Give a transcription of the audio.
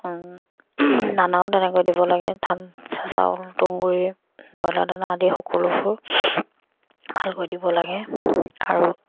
দানাও তেনেকৈ দিব লাগে ধান চাউল তুঁহ গুৰি ব্ৰইলাৰ দানা আদি সকলোবোৰ ভালকৈ দিব লাগে আৰু